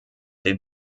dem